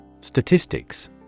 Statistics